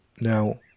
Now